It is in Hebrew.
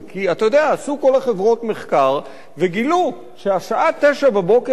כי עשו כל החברות מחקר וגילו שהשעה 09:00 זאת